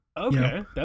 Okay